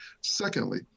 Secondly